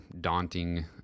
daunting